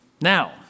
Now